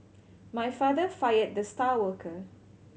my father fired the star worker